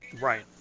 Right